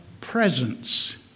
presence